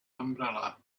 umbrella